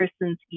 person's